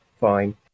fine